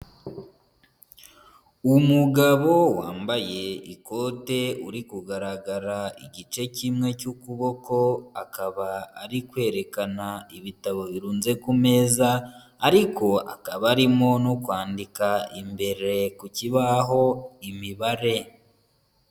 Umugabo wambaye ikote, uri kugaragara igice kimwe cy'ukuboko, akaba ari kwerekana ibitabo birunze ku meza, ariko akaba arimo no kwandika imbere ku kibaho imibare.